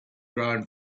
grown